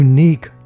Unique